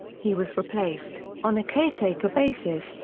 he was replaced, on a caretaker basis,